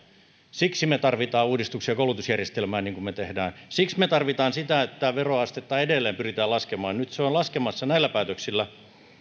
siksi me tarvitsemme uudistuksia koulutusjärjestelmään niin kuin me teemme siksi me tarvitsemme sitä että veroastetta edelleen pyritään laskemaan nyt se on laskemassa näillä päätöksillä